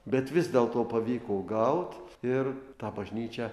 bet vis dėlto pavyko gaut ir tą bažnyčią